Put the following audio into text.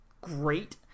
great